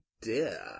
dear